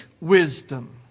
wisdom